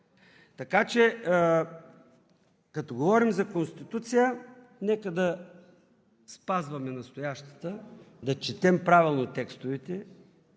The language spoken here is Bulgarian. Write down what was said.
Така че като говорим за Конституция, нека да спазваме настоящата, да четем правилно текстовете,